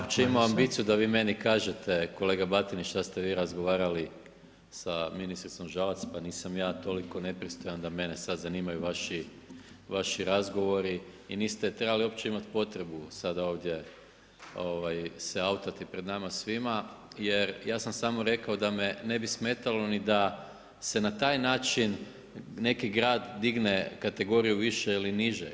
Pa nisam ja uopće imao indiciju da vi meni kažete kolega Batinić šta ste vi razgovarali sa ministricom Žalac, pa nisam ja toliko nepristojan da mene sad zanimaju vaši razgovori i niste trebali uopće imati potrebu sada ovdje se … pred nama svima jer sam samo rekao da me ne bi smetalo ni da se na taj način neki grad digne kategoriju više ili niže.